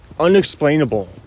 unexplainable